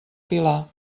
pilar